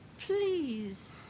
please